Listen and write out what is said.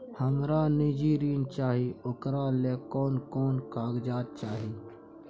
हमरा निजी ऋण चाही ओकरा ले कोन कोन कागजात चाही?